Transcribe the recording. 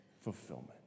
fulfillment